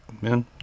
man